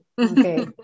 Okay